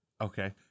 okay